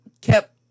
kept